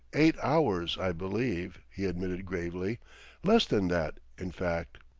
eight hours, i believe, he admitted gravely less than that, in fact.